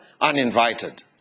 uninvited